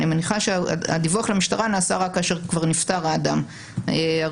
אני מניחה שהדיווח למשטרה נעשה רק כאשר כבר נפטר האדם הראשון.